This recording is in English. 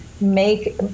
make